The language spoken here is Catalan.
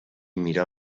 mirar